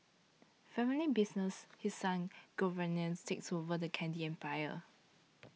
family business His Son Giovanni takes over the candy empire